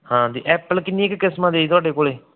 ਹਾਂਜੀ ਐਪਲ ਕਿੰਨੀ ਕੁ ਕਿਸਮਾਂ ਦੇ ਤੁਹਾਡੇ ਕੋਲ